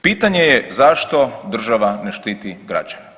Pitanje je zašto država ne štiti građane?